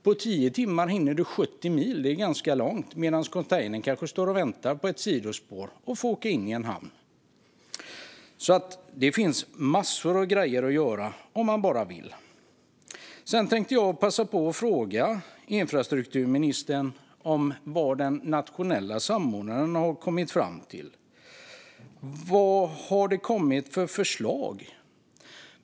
På tio timmar hinner man då 70 mil, vilket är ganska långt, medan containern kanske står på ett sidospår och väntar på att få åka in i hamnen. Det finns alltså massor att göra om man bara vill. Jag tänkte också fråga infrastrukturministern vad den nationella samordnaren har kommit fram till. Vad har det kommit för förslag?